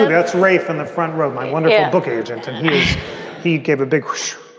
that's ray from the front row. my wonderful book agent he gave a big push.